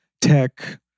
tech